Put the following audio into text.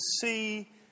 see